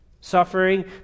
Suffering